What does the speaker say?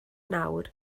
nawr